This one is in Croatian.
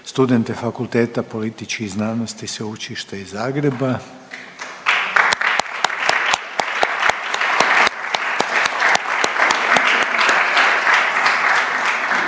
studente Fakulteta političkih znanosti Sveučilišta iz Zagreba.